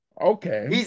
Okay